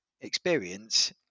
experience